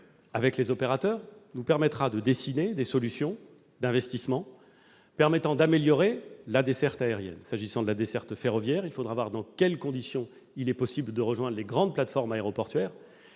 et les opérateurs nous permettra de dessiner des solutions d'investissement pour améliorer la desserte aérienne. S'agissant de la desserte ferroviaire, il faudra voir dans quelles conditions il est possible de rejoindre les grandes plateformes aéroportuaires.